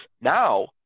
now